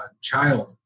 child